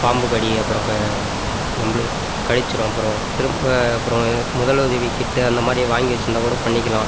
பாம்பு கடி அப்புறம் நம்மளை கடித்திடும் அப்புறம் திரும்ப அப்புறம் முதலுதவி கிட் அந்த மாதிரி வாங்கி வச்சுருந்தா கூட பண்ணிக்கலாம்